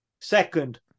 Second